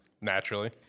Naturally